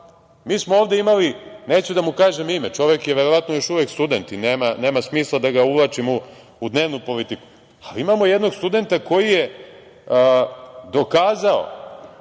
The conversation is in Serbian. smo ovde imali, neću da mu kažem ime, čovek je verovatno još uvek student i nema smisla da ga uvlačimo u dnevnu politiku, jednog studenta koji je dokazao,